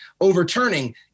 overturning